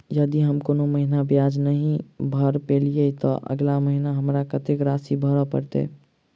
यदि हम कोनो महीना ब्याज नहि भर पेलीअइ, तऽ अगिला महीना हमरा कत्तेक राशि भर पड़तय?